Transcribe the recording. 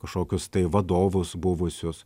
kažkokius tai vadovus buvusius